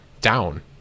down